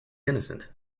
innocent